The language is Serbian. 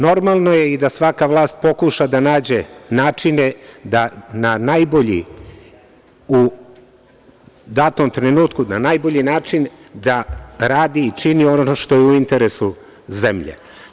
Normalno je i da svaka vlast pokuša da nađe načine da na najbolji u datom trenutku, na najbolji način da radi i čini ono što je u interesu zemlje.